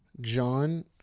John